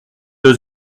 deux